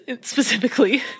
specifically